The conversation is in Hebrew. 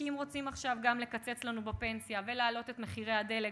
כי אם רוצים עכשיו גם לקצץ לנו בפנסיה ולהעלות את מחירי הדלק,